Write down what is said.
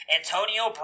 Antonio